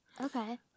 Okay